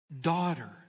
daughter